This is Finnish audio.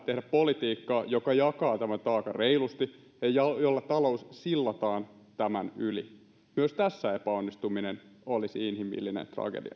tehdä politiikkaa joka jakaa tämän taakan reilusti ja jolla talous sillataan tämän yli myös tässä epäonnistuminen olisi inhimillinen tragedia